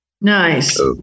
Nice